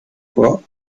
fois